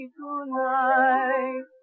tonight